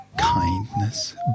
kindness